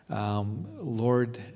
Lord